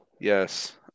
Yes